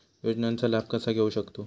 योजनांचा लाभ कसा घेऊ शकतू?